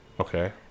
Okay